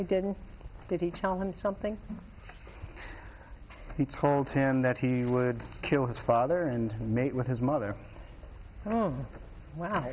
he didn't did he challenge something he told him that he would kill his father and mate with his mother oh w